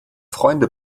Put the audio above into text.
freunde